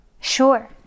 sure